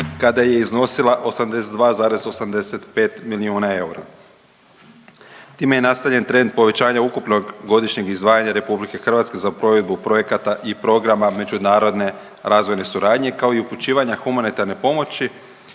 kada je iznosila 82,85 milijuna eura. Time je nastavljen trend povećanja ukupnog godišnjeg izdvajanja RH za provedbu projekata i programa međunarodne razvojne suradnje, kao i upućivanja humanitarne pomoći,